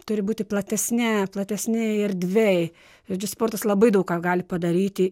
turi būti platesne platesnėj erdvėj žodžiu sportas labai daug ką gali padaryti